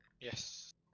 yes